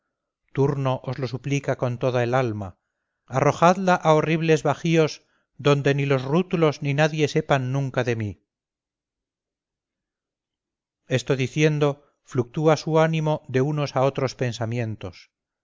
nave a los riscos a las peñas turno os lo suplica con toda el alma arrojadla a horribles bajíos donde ni los rútulos ni nadie sepan nunca de mí esto diciendo fluctúa su ánimo de unos a otros pensamientos